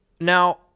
Now